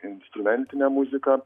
instrumentinę muziką